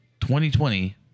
2020